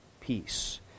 peace